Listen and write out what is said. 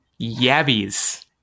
yabbies